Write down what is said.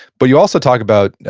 but you also talk about,